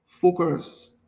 focus